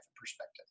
perspective